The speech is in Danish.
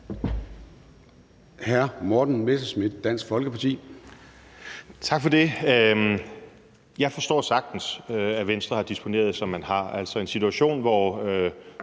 Hr. Morten Messerschmidt, Dansk Folkeparti. Kl. 13:45 Morten Messerschmidt (DF): Jeg forstår sagtens, at Venstre har disponeret, som man har. I en situation, hvor